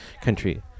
country